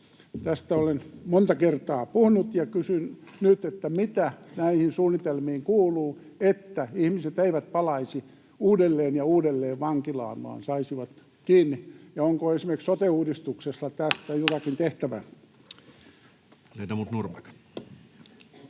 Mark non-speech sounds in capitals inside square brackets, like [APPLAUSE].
Tästä olen monta kertaa puhunut ja kysyn nyt: mitä näihin suunnitelmiin kuuluu, että ihmiset eivät palaisi uudelleen ja uudelleen vankilaan vaan saisivat asioista kiinni, ja onko esimerkiksi sote-uudistuksessa [NOISE] tässä